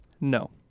No